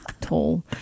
Tall